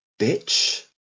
bitch